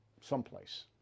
someplace